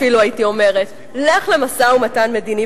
אפילו הייתי אומרת: לך למשא-ומתן מדיני.